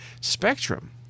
spectrum